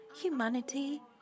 Humanity